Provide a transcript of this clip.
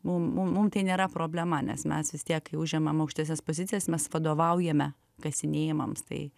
mum mum mum tai nėra problema nes mes vis tiek kai užimam aukštesnes pozicijas mes vadovaujame kasinėjimams tai